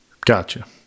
Gotcha